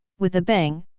with a bang,